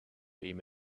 beam